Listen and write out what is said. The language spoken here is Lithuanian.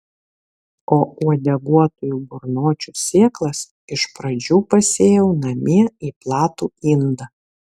o uodeguotųjų burnočių sėklas iš pradžių pasėjau namie į platų indą